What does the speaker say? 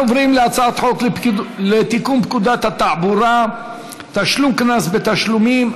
אנחנו עוברים להצעת חוק לתיקון פקודת התעבורה (תשלום קנס בתשלומים),